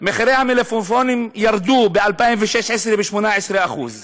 מחירי המלפפונים ירדו ב-2016 ב-18%;